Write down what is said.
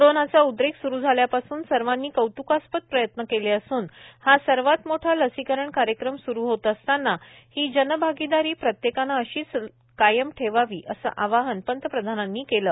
कोरोनाचा उद्रेक स्रु झाल्यापासून सर्वांनी कौत्कास्पद प्रयत्न केले असून हा सर्वात मोठा लसीकरण कार्यक्रम स्रु होत असताना ही जनभागिदारी प्रत्येकानं अशीच कायम ठेवावी असं आवाहन पंतप्रधानांनी केलं